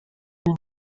den